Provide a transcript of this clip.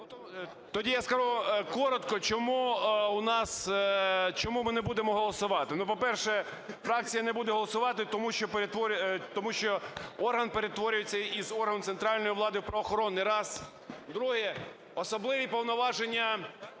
Тоді я скажу коротко, чому у нас, чому ми не будемо голосувати. Ну, по-перше, фракція не буде голосувати тому, що орган перетворюється із органу центральної влади в правоохоронний. Раз. Друге. Особливі повноваження…